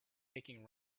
making